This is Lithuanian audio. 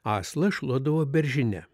aslą šluodavo beržine